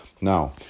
Now